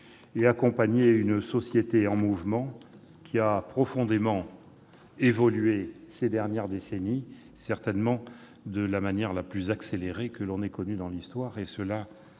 et d'accompagner une société en mouvement qui a profondément évolué au cours des dernières décennies, certainement de la manière la plus accélérée que l'on ait connue dans l'histoire. Cela